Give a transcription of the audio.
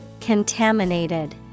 Contaminated